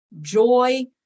joy